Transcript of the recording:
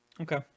Okay